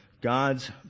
God's